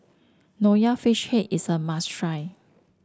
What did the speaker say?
Nonya Fish Head is a must try